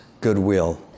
goodwill